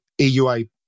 EUA